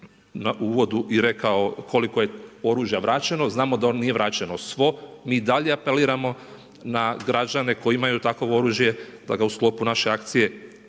u uvodu i rekao koliko je oružja vraćeno, znamo da ono nije vraćeno svo. Mi i dalje apeliramo na građane koji imaju takvo oružje da ga u sklopu naše akcije